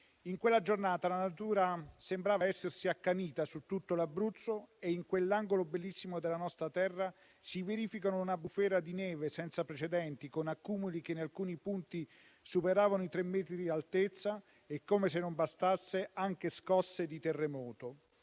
In quella giornata la natura sembrava essersi accanita su tutto l'Abruzzo e in quell'angolo bellissimo della nostra terra si verificavano una bufera di neve senza precedenti, con accumuli che in alcuni punti superavano i tre metri di altezza e, come se non bastasse, anche scosse di terremoto.